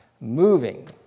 moving